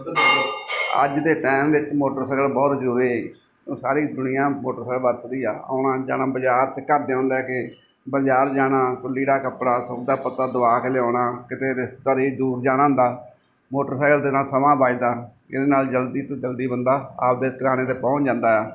ਅੱਜ ਦੇ ਟਾਈਮ ਵਿੱਚ ਮੋਟਰਸਾਈਕਲ ਬਹੁਤ ਜਰੂਰੀ ਸਾਰੀ ਦੁਨੀਆ ਮੋਟਰਸਾਇਕਲ ਵਰਤਦੀ ਆ ਆਉਣਾ ਜਾਣਾ ਬਾਜ਼ਾਰ 'ਚ ਘਰਦਿਆਂ ਨੂੰ ਲੈ ਕੇ ਬਾਜ਼ਾਰ ਜਾਣਾ ਕੋਈ ਲੀੜਾ ਕੱਪੜਾ ਸੌਦਾ ਪੱਤਾ ਦਵਾ ਕੇ ਲਿਆਉਣਾ ਕਿਤੇ ਰਿਸ਼ਤੇਦਾਰੀ ਚ ਦੂਰ ਜਾਣਾ ਹੁੰਦਾ ਮੋਟਰਸਾਈਲ ਦੇ ਨਾਲ ਸਮਾਂ ਬਚਦਾ ਇਹਦੇ ਨਾਲ ਜਲਦੀ ਤੋਂ ਜਲਦੀ ਬੰਦਾ ਆਪਦੇ ਟਿਕਾਣੇ ਤੇ ਪਹੁੰਚ ਜਾਂਦਾ ਆ